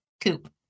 coop